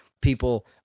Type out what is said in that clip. people